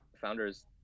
founders